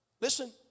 Listen